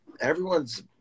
everyone's